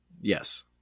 Yes